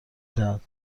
دهد